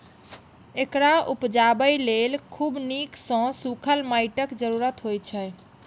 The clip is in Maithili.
एकरा उपजाबय लेल खूब नीक सं सूखल माटिक जरूरत होइ छै